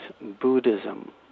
Buddhism